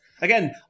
again